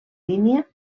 línia